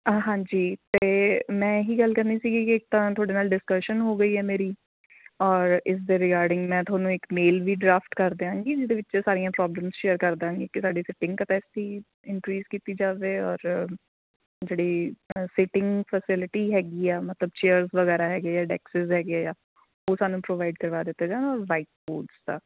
ਅ ਹਾਂਜੀ ਅਤੇ ਮੈਂ ਇਹੀ ਗੱਲ ਕਰਨੀ ਸੀਗੀ ਕਿ ਇੱਕ ਤਾਂ ਤੁਹਾਡੇ ਨਾਲ ਡਿਸਕਸ਼ਨ ਹੋ ਗਈ ਹੈ ਮੇਰੀ ਔਰ ਇਸ ਦੇ ਰਿਗਾਰਡਿੰਗ ਮੈਂ ਤੁਹਾਨੂੰ ਇੱਕ ਮੇਲ ਵੀ ਡਰਾਫਟ ਕਰ ਦਿਆਂਗੀ ਜਿਹਦੇ ਵਿੱਚ ਸਾਰੀਆਂ ਪ੍ਰੋਬਲਮ ਸ਼ੇਅਰ ਕਰ ਦਾਂਗੀ ਕਿ ਸਾਡੀ ਸੀਟਿੰਗ ਕੰਪੈਸਟੀ ਇਨਕ੍ਰੀਜ਼ ਕੀਤੀ ਜਾਵੇ ਔਰ ਜਿਹੜੀ ਸੀਟਿੰਗ ਫੈਸਿਲਿਟੀ ਹੈਗੀ ਆ ਮਤਲਬ ਚੇਅਰ ਵਗੈਰਾ ਹੈਗੇ ਹੈ ਡੈਕਸਿਸ ਹੈਗੇ ਹੈ ਉਹ ਸਾਨੂੰ ਪ੍ਰੋਵਾਈਡ ਕਰਵਾ ਦਿੱਤੇ ਜਾਣ ਔਰ ਵਾਈਟ ਬੋਰਡਸ ਦਾ